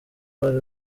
bari